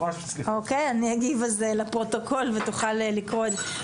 אני רוצה להגיב בנקודה לדבריך.